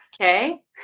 Okay